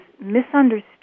misunderstood